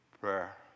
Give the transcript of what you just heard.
Prayer